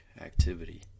activity